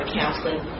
counseling